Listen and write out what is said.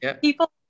People